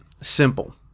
simple